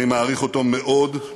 אני מעריך אותו מאוד.